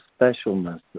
specialness